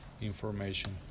information